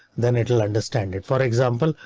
then it will understand it. for example,